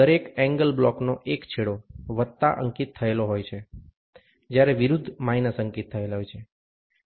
દરેક angle block નો એક છેડો વત્તા અંકિત થયેલ છે જ્યારે વિરુદ્ધ માઇનસ અંકિત થયેલ છે